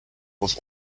was